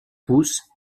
pousse